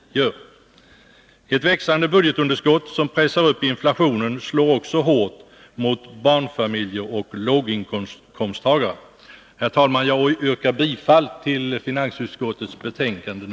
Ett växande budgetunderskott, som pressar upp inflationen, slår också hårt mot barnfamiljer och låginkomsttagare. Herr talman! Jag yrkar bifall till finansutskottets hemställan.